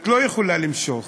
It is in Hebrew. את לא יכולה למשוך.